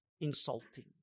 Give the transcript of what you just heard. insulting